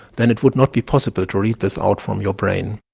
then it would not be possible to read this out from your brain.